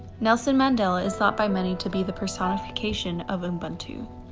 nelson mandela is thought by many to be the personification of ubuntu.